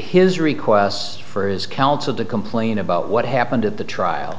his requests for his counsel to complain about what happened at the trial